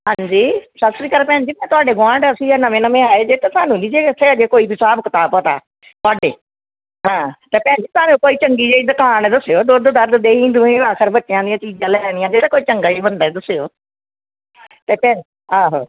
ਹਾਂਜੀ ਸਤਿ ਸ਼੍ਰੀ ਅਕਾਲ ਭੈਣ ਜੀ ਮੈਂ ਤੁਹਾਡੇ ਗੁਆਂਢ ਅਸੀਂ ਨਵੇਂ ਨਵੇਂ ਆਏ ਜੇ ਤਾਂ ਤੁਹਾਨੂੰ ਵੀ ਜੇ ਇੱਥੇ ਹੈਗੇ ਕੋਈ ਵੀ ਹਿਸਾਬ ਕਿਤਾਬ ਪਤਾ ਤੁਹਾਡੇ ਹਾਂ ਤਾਂ ਭੈਣ ਜੀ ਸਾਨੂੰ ਕੋਈ ਚੰਗੀ ਜਿਹੀ ਦੁਕਾਨ ਦੱਸਿਓ ਦੁੱਧ ਦੱਧ ਦਹੀਂ ਦੁਹੀਂ ਅਕਸਰ ਬੱਚਿਆਂ ਦੀਆਂ ਚੀਜ਼ਾਂ ਲੈਣੀਆਂ ਜਿਹੜਾ ਕੋਈ ਚੰਗਾ ਬੰਦਾ ਦੱਸਿਓ ਅਤੇ ਭੈਣ ਜੀ ਆਹੋ